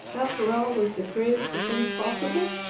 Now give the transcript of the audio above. after all was the greatest of things possible?